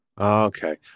Okay